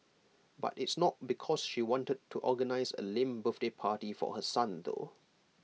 but it's not because she wanted to organise A lame birthday party for her son though